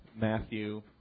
Matthew